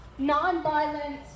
nonviolence